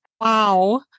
Wow